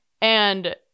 And-